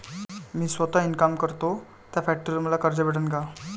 मी सौता इनकाम करतो थ्या फॅक्टरीवर मले कर्ज भेटन का?